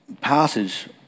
passage